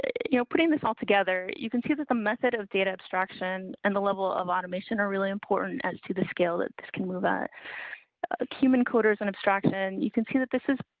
you know, putting this all together, you can see that the method of data abstraction and the level of automation are really important as to the scale that this can move that human quarters and abstraction. you can see that. this is.